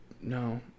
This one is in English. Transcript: no